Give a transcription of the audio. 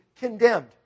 condemned